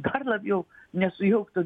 dar labiau nesujauktų